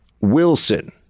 Wilson